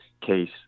case